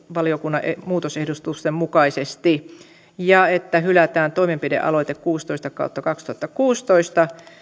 valiokunnan muutosehdotusten mukaisesti ja että hylätään toimenpidealoite kuusitoista kautta kaksituhattakuusitoista